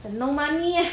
and no money eh